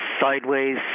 sideways